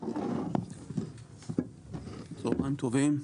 צוהריים טובים,